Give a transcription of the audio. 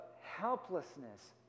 helplessness